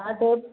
હા તો